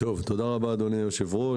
תודה רבה, אדוני היושב-ראש.